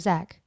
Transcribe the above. Zach